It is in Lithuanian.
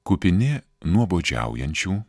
kupini nuobodžiaujančių